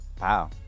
Wow